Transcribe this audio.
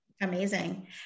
Amazing